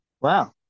wow